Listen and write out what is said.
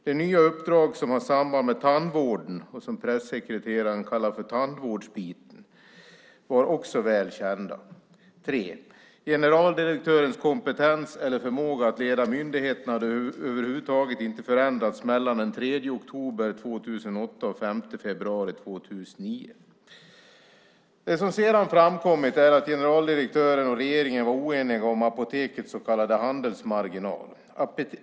Det nya uppdrag som har ett samband med tandvården och som pressekreteraren kallar för tandvårdsbiten var också väl känt. 3. Generaldirektörens kompetens eller förmåga att leda myndigheten hade över huvud taget inte förändrats mellan den 3 oktober 2008 och den 5 februari 2009. Det som sedan framkommit är att generaldirektören och regeringen var oeniga om Apotekets så kallade handelsmarginal.